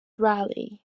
rally